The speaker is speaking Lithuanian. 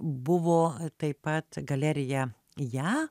buvo taip pat galerija ja